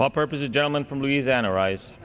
a purpose a gentleman from louisiana arise